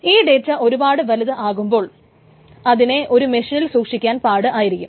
ഈ ഡേറ്റ ഒരുപാട് വലുത് ആകുമ്പോൾ അതിനെ ഒരു മെഷീനിൽ സൂക്ഷിക്കാൻ പാട് ആയിരിക്കും